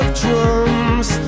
drums